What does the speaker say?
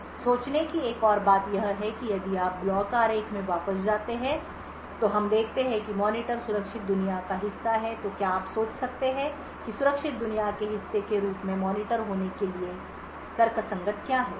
सोचने की एक और बात यह है कि यदि आप ब्लॉक आरेख में वापस जाते हैं तो हम देखते हैं कि मॉनिटर सुरक्षित दुनिया का हिस्सा है तो क्या आप सोच सकते हैं कि सुरक्षित दुनिया के हिस्से के रूप में मॉनिटर होने के लिए तर्कसंगत क्या है